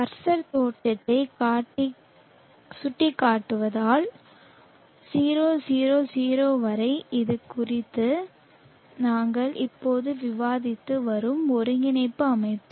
cursor தோற்றத்தை சுட்டிக்காட்டுவதால் 000 வரை இது குறித்து நாங்கள் இப்போது விவாதித்து வரும் ஒருங்கிணைப்பு அமைப்பு